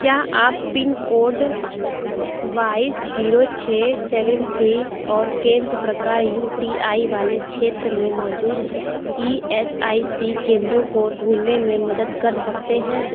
क्या आप pin code बाईस ज़ीरो छः सेवन थ्री और केंद्र प्रकार यू टी आई वाले क्षेत्र में मौजूद ई एस आई सी केंद्रों को ढूँढने में मदद कर सकते हैं